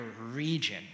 region